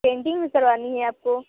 painting भी करवानी है आपको